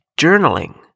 journaling